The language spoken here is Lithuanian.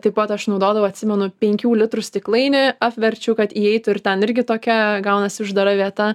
taip pat aš naudodavau atsimenu penkių litrų stiklainį apverčiu kad įeitų ir ten irgi tokia gaunasi uždara vieta